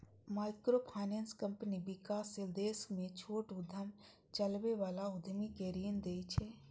microfinance company विकासशील देश मे छोट उद्यम चलबै बला उद्यमी कें ऋण दै छै